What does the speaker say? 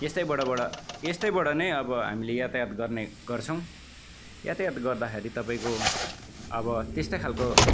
यस्तैबाट बाट यस्तैबाट नै अब हामीले यातायात गर्ने गर्छौँ यातायात गर्दाखेरि तपाईँको अब त्यस्तै खाले